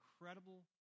incredible